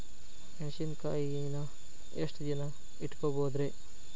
ಮೆಣಸಿನಕಾಯಿನಾ ಎಷ್ಟ ದಿನ ಇಟ್ಕೋಬೊದ್ರೇ?